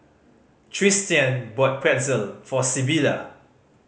Tristian bought Pretzel for Sybilla